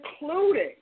including